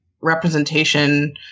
representation